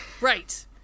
Right